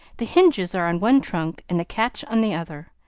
the hinges are on one trunk and the catch on the other.